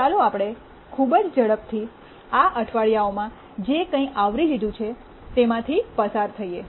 ચાલો આપણે ખૂબ જ ઝડપથી આ અઠવાડિયાઓમાં જે કંઇ આવરી લીધું છે તેમાંથી પસાર થઈએ